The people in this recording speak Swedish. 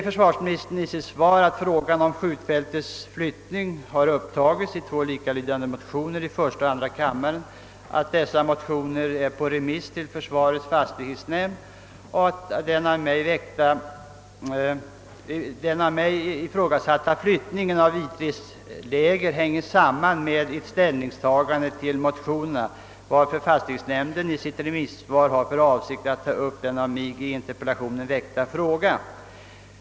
Försvarsministern säger i sitt svar, att frågan om skjutfältets flyttning har upptagits i två likalydande motioner i första och andra kammaren, att dessa motioner är på remiss till försvarets fastighetsnämnd och att den av mig ifrågasatta flyttningen av I3:s läger sammanhänger med ett ställningstagande till motionerna, varför fastighetsnämnden i sitt remissvar har för avsikt att ta upp den av mig i interpellationen väckta frågan.